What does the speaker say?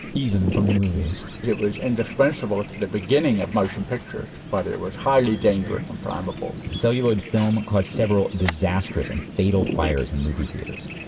even from the movies it was indispensable at the beginning of motion pictures, but it was highly dangerous and flammable celluloid film caused several disastrous and fatal fires in movie theaters.